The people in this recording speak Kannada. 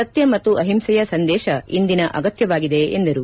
ಸತ್ತ ಮತ್ತು ಅಹಿಂಸೆಯ ಸಂದೇಶ ಇಂದಿನ ಅಗತ್ಲವಾಗಿದೆ ಎಂದರು